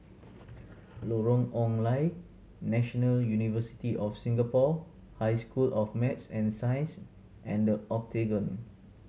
Lorong Ong Lye National University of Singapore High School of Math and Science and The Octagon